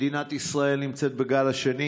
מדינת ישראל נמצאת בגל השני,